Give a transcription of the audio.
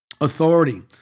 authority